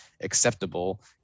acceptable